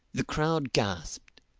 the crowd gasped.